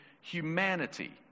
humanity